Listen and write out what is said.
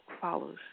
follows